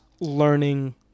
learning